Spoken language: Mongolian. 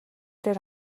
дээр